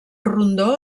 rondó